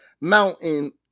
mountain